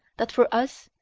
that for us,